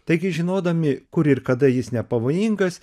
taigi žinodami kur ir kada jis nepavojingas